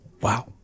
Wow